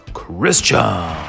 christian